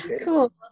Cool